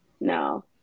No